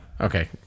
Okay